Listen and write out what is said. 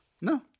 No